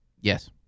Yes